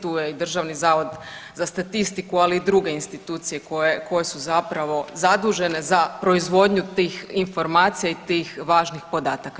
Tu je i Državni zavod za statistiku ali i druge institucije koje su zapravo zadužene za proizvodnju tih informacija i tih važnih podataka.